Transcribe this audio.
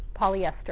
polyester